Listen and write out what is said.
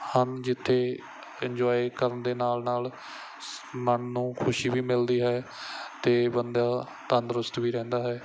ਹਨ ਜਿੱਥੇ ਇੰਜੋਏ ਕਰਨ ਦੇ ਨਾਲ ਨਾਲ ਮਨ ਨੂੰ ਖੁਸ਼ੀ ਵੀ ਮਿਲਦੀ ਹੈ ਅਤੇ ਬੰਦਾ ਤੰਦਰੁਸਤ ਵੀ ਰਹਿੰਦਾ ਹੈ